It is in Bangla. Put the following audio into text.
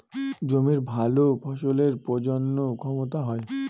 জমির ভালো ফসলের প্রজনন ক্ষমতা হয়